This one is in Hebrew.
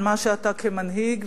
על מה שאתה כמנהיג,